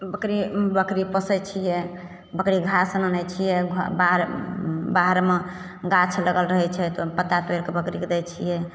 बकरी बकरी पोसय छियै बकरी घास लानय छियै बाहर बाहरमे गाछ लगल रहय छै तऽ ओइमे पत्ता तोरिके बकरीके दै छियै